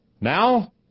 Now